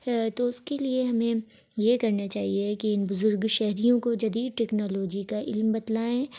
تو اس کے لیے ہمیں یہ کرنا چاہیے کہ ان بزرگ شہریوں کو جدید ٹیکنالوجی کا علم بتلائیں